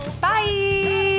bye